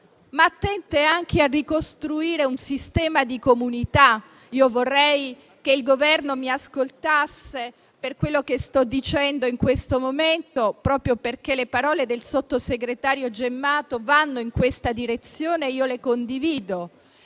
ma attente anche a ricostruire un sistema di comunità? Io vorrei che il Governo mi ascoltasse per quello che sto dicendo in questo momento, proprio perché le parole del sottosegretario Gemmato, che condivido, vanno in questa direzione. È importante